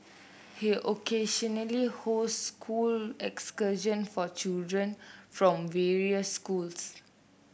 he occasionally hosts school excursion for children from various schools